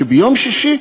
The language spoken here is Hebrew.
כי ביום שישי,